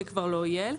זה כבר לא יהיה.